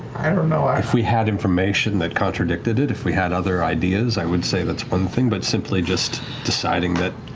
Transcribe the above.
you know if we had information that contradicted it, if we had other ideas, i would say that's one thing, but simply just deciding that